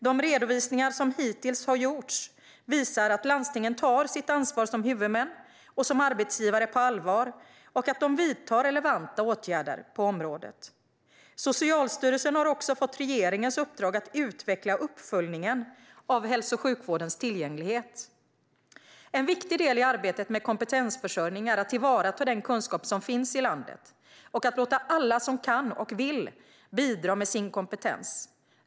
De redovisningar som hittills har gjorts visar att landstingen tar sitt ansvar som huvudmän och som arbetsgivare på allvar och att de vidtar relevanta åtgärder på området. Socialstyrelsen har också fått regeringens uppdrag att utveckla uppföljningen av hälso och sjukvårdens tillgänglighet. En viktig del i arbetet med kompetensförsörjning är att ta till vara den kunskap som finns i landet och att låta alla som kan och vill bidra med sin kompetens.